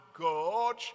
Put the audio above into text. god